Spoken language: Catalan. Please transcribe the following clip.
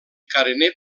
carener